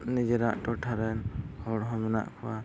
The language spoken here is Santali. ᱱᱤᱡᱮᱨᱟᱜ ᱴᱚᱴᱷᱟᱨᱮᱱ ᱦᱚᱲᱦᱚᱸ ᱢᱮᱱᱟᱜ ᱠᱚᱣᱟ